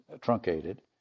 truncated